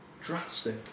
drastic